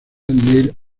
neil